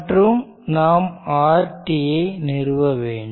மற்றும் நாம் RT ஐ நிறுவ வேண்டும்